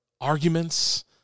arguments